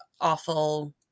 awful